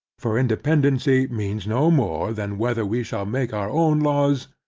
for independancy means no more, than, whether we shall make our own laws,